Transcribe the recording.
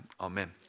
Amen